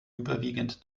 überwiegend